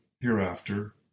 hereafter